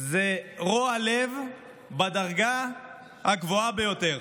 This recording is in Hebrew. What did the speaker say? זה רוע לב בדרגה הגבוהה ביותר.